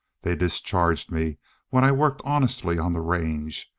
they discharged me when i worked honestly on the range.